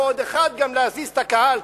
ועוד אחד גם להזיז את הקהל,